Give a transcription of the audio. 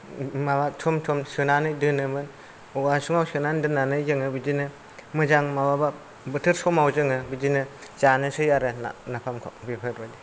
माबा थुम थुम सोनानै दोनोमोन औवा हासुङाव सोनानै दोननानै जोङो बिदिनो मोजां माबाबा बोथोर समाव बिदिनो जानोसै आरो ना नाफामखौ बेफोरबायदि